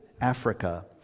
Africa